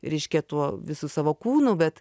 reiškia tuo visu savo kūnu bet